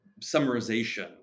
summarization